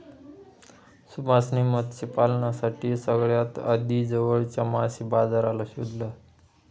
सुभाष ने मत्स्य पालनासाठी सगळ्यात आधी जवळच्या मासे बाजाराला शोधलं